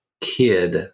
kid